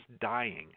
dying